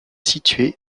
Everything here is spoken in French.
située